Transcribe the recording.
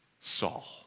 Saul